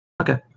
Okay